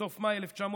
בסוף מאי 1948,